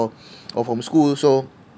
or from school also